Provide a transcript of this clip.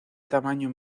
tamaño